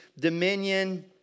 dominion